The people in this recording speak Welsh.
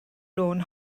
lôn